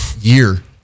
year